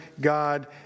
God